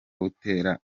buteera